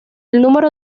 número